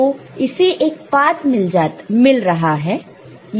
तो इसे एक पात मिल रहा है